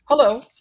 Hello